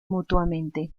mutuamente